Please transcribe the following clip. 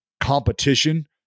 competition